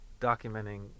documenting